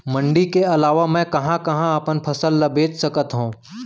मण्डी के अलावा मैं कहाँ कहाँ अपन फसल ला बेच सकत हँव?